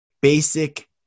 basic